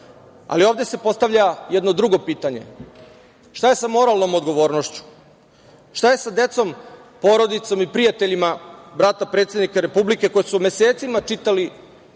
laži. Ovde se postavlja jedno drugo pitanje - šta je sa moralnom odgovornošću? Šta je sa decom, porodicom, prijateljima brata predsednika Republike koji su mesecima čitali